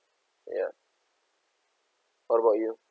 ya what about you